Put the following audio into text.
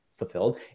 fulfilled